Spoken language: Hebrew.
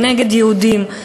הם נגד יהודים.